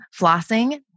flossing